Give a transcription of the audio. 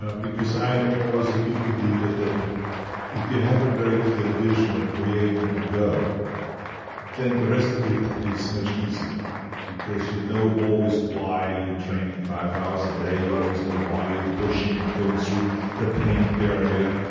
ah because i am always a big believer that if you have a very clear vision of where you want to go then the rest of it is much easier because you always know why you are training five hours a day, you always know why you are pushing and going through the pain barrier,